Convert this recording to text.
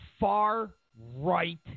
far-right